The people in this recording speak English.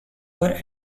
were